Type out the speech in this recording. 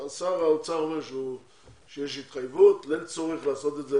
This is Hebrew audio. ואז שר האוצר אמר שיש התחייבות ואין צורך לעשות את זה